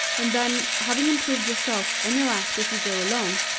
and then, having improved yourself and your act as you go along,